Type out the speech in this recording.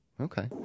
Okay